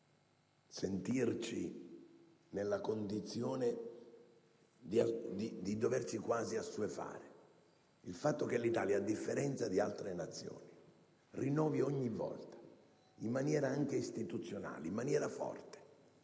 non dobbiamo sentirci nella condizione di doverci quasi assuefare. Il fatto che l'Italia, a differenza di altre Nazioni, rinnovi ogni volta, in maniera anche istituzionale, forte